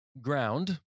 ground